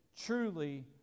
truly